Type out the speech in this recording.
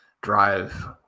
drive